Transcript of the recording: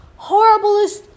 horriblest